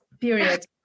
period